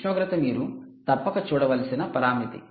ఉష్ణోగ్రత మీరు తప్పక చూడవలసిన పరామితి